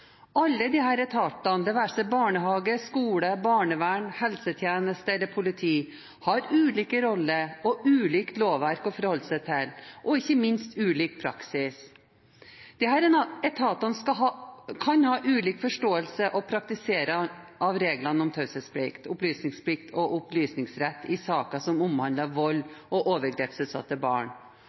Alle disse etatene – det være seg barnehage, skole, barnevern, helsetjeneste eller politi – har ulike roller og ulikt lovverk å forholde seg til, og ikke minst ulik praksis. Disse etatene kan ha ulik forståelse og praktisering av reglene om taushetsplikt, opplysningsplikt og opplysningsrett i saker som omhandler volds- og overgrepsutsatte barn.